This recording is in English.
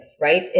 right